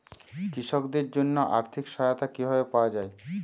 কৃষকদের জন্য আর্থিক সহায়তা কিভাবে পাওয়া য়ায়?